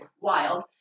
Wild